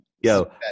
yo